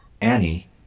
Annie